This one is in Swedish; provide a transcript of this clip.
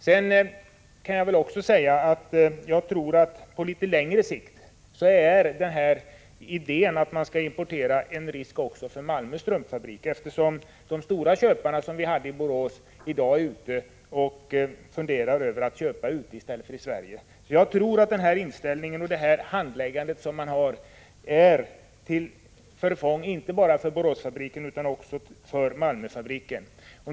Sedan kan jag väl också säga att idén att man skall importera på litet längre sikt innebär en risk också för Malmö Strumpfabrik, eftersom de stora köpare som vi hade när det gällde Borås i dag funderar på att köpa utomlands i stället för i Sverige. Jag tycker att den här inställningen och handläggningen är till förfång inte bara för Boråsfabriken utan också för Malmöfabriken.